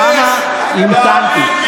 כמה המתנתי.